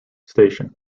station